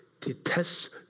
detests